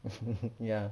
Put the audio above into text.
ya